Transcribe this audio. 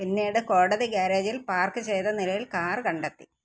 പിന്നീട് കോടതി ഗാരേജിൽ പാർക്ക് ചെയ്ത നിലയിൽ കാർ കണ്ടെത്തി